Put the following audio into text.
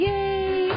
Yay